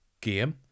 game